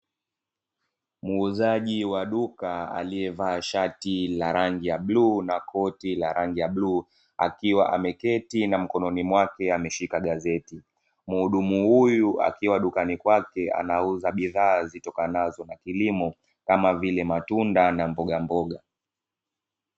Muuzaji wa duka aliyevaa shati la rangi ya bluu na koti la rangi ya bluu, akiwa ameketi na mkononi mwake ameshika gazeti. Mhudumu huyu akiwa dukani kwake anauza bidhaa zitokanazo na kilimo, kama vile matunda na mbogamboga .